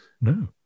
No